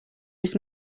his